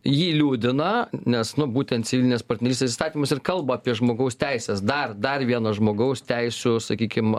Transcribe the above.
jį liūdina nes nu būtent civilinės partnerystės įstatymas ir kalba apie žmogaus teises dar dar vieną žmogaus teisių sakykim